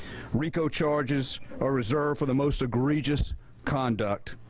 rico charges are reserved for the most egregious conduct,